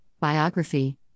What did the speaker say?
Biography